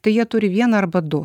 tai jie turi vieną arba du